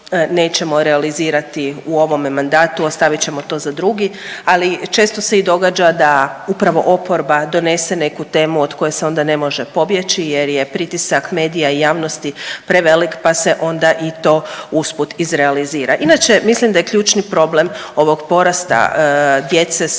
nećemo realizirati u ovome mandatu, ostavit ćemo to za drugi, ali često se i događa da upravo oporba donese neku temu od koje se onda ne može pobjeći jer je pritisak medija i javnosti prevelik pa se onda i to usput izrealizira. Inače mislim da je ključni problem ovog porasta djece